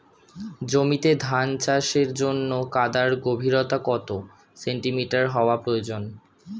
জমিতে ধান চাষের জন্য কাদার গভীরতা কত সেন্টিমিটার হওয়া প্রয়োজন?